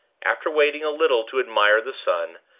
after waiting a little to admire the sun,